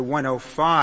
105